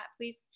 please